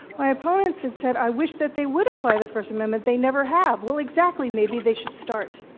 my opponents had said, i wish that they would apply the first amendment. they never have. well, exactly. maybe they should start.